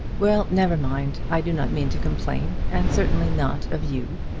well never mind. i do not mean to complain, and certainly not of you.